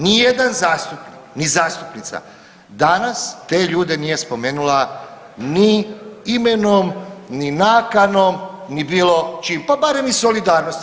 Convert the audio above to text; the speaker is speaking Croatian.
Nijedan zastupnik, ni zastupnica danas te ljude nije spomenula ni imenom, ni nakanom, ni bilo čim, pa barem iz solidarnosti.